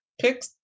pick